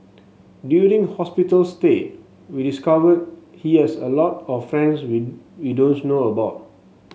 during hospital stay we discovered he has a lot of friends we we don't know about